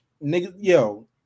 Yo